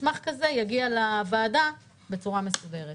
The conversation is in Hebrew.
שמסמך כזה יגיע לוועדה בצורה מסודרת.